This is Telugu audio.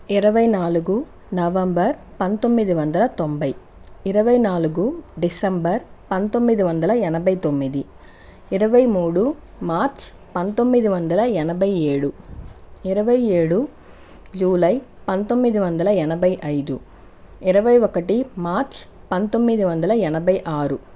ఇరవై నాలుగు నవంబరు పంతొమ్మిది వందల తొంభై ఇరవై నాలుగు డిసెంబరు పంతొమ్మిది వందల ఎనభై తొమ్మిది ఇరవై మూడు మార్చి పంతొమ్మిది వందల ఎనభై ఏడు ఇరవై ఏడు జూలై పంతొమ్మిది వందల ఎనభై ఐదు ఇరవై ఒకటి మార్చి పంతొమ్మిది వందల ఎనభై ఆరు